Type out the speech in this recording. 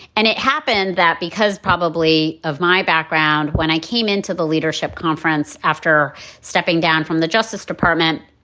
and it happened that because probably of my background when i came into the leadership conference after stepping down from the justice department,